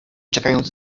czekając